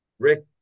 Rick